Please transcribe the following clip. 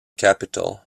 capital